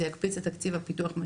זה יקפיץ משמעותית את תקציב הפיתוח.